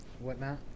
whatnot